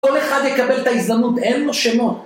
כל אחד יקבל את ההזדמנות, אין לו שמות.